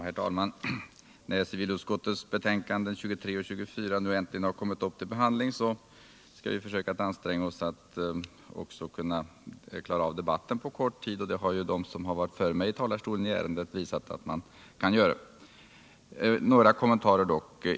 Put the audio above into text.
Herr talman! När civilutskottets betänkanden 23 och 24 nu äntligen har kommit upp till behandling skall vi försöka anstränga oss att också klara av dem på kort tid. De som har varit före mig i talarstolen i detta ärende har visat att man kan göra det. Dock några kommentarer.